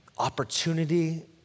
opportunity